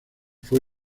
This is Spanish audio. fue